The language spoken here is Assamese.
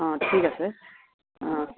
অঁ ঠিক আছে অঁ